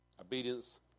Obedience